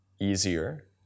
easier